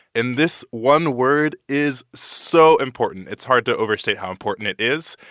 and this one word is so important. it's hard to overstate how important it is.